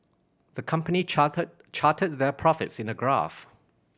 the company charted charted their profits in a graph